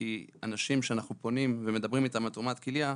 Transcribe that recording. כי אנשים שאנחנו פונים ומדברים איתם על תרומת כליה,